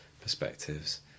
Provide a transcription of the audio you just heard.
perspectives